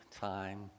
time